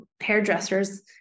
hairdressers